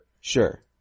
Sure